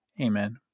Amen